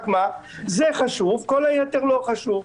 רק מה, זה חשוב וכל היתר לא חשוב.